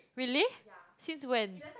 really since when